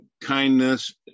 kindness